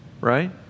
right